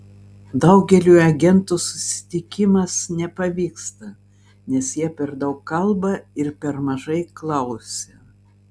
daugeliui agentų susitikimas nepavyksta nes jie per daug kalba ir per mažai klausia